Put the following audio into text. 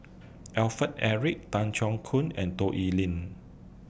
Alfred Eric Tan Keong Choon and Toh